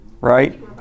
Right